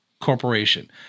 corporation